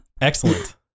Excellent